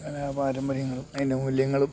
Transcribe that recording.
കലാ പാരമ്പര്യങ്ങളും അതിൻ്റെ മൂല്യങ്ങളും